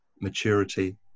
maturity